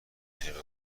تونی